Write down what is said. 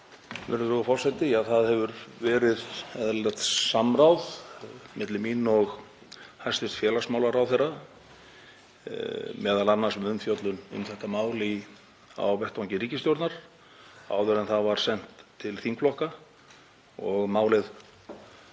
Það hefur verið eðlilegt samráð milli mín og hæstv. félagsmálaráðherra, m.a. um umfjöllun um þetta mál á vettvangi ríkisstjórnar áður en það var sent til þingflokka. Málið